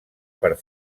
per